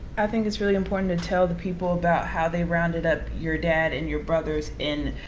i think it's really important to tell the people about how they rounded up your dad and your brothers and,